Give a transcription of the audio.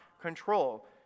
control